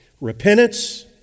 Repentance